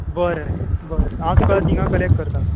बरें बरें हांव तुका थिंगा कलॅक्ट करतां